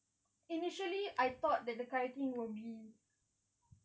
initially I thought that the kayaking would be